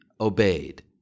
obeyed